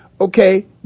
Okay